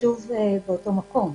שוב, באותו מקום.